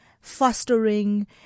fostering